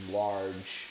large